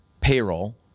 payroll